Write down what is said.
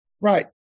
Right